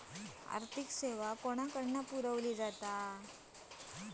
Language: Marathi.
आर्थिक सेवा कोणाकडन पुरविली जाता?